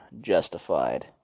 justified